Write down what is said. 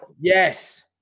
yes